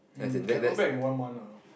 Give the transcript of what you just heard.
mm can earn back in one month ah